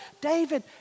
David